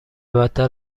بدتر